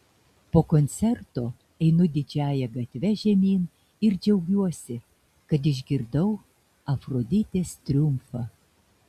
po koncerto einu didžiąja gatve žemyn ir džiaugiuosi kad išgirdau afroditės triumfą